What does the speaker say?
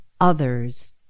others